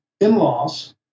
in-laws